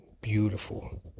beautiful